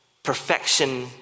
perfection